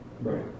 Right